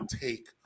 take